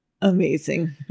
Amazing